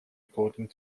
according